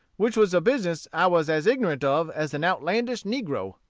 which was a business i was as ignorant of as an outlandish negro.